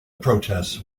protest